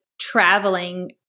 traveling